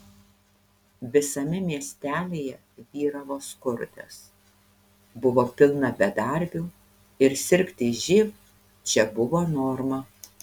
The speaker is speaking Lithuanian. visame miestelyje vyravo skurdas buvo pilna bedarbių ir sirgti živ čia buvo norma